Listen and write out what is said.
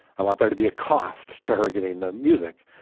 i want there to be a cost to irrigating the music.